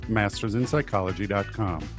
mastersinpsychology.com